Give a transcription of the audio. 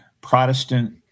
Protestant